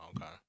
okay